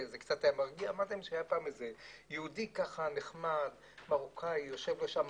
אותו יהודי מרוקאי נחמד שישב בכיכר